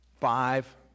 Five